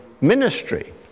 ministry